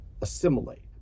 assimilate